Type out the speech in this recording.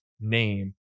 name